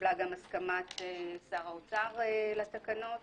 התקבלה גם הסכמת שר האוצר לתקנות.